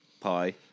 pie